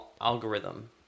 algorithm